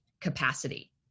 capacity